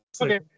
Okay